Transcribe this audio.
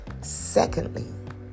Secondly